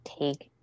take